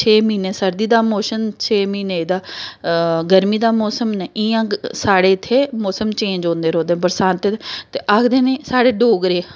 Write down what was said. छे म्हीने सर्दी दा मोशन छे म्हीने इ'दा गर्मी दा मौसम इ'यां साढ़े इत्थै मौसम चेंज होंदे रौंह्दे बरसांत ते आखदे न साढ़े डोगरे